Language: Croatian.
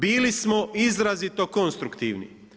Bili smo izrazito konstruktivni.